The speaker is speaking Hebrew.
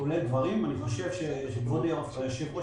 אני חושב שכבוד היושב-ראש,